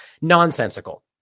nonsensical